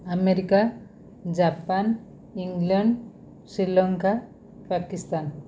America Japan England Sri Lanka Pakistan